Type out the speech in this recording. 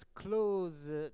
close